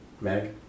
Meg